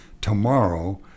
tomorrow